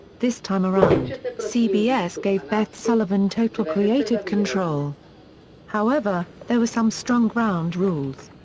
this time around, cbs gave beth sullivan total creative control however, there were some strong ground rules.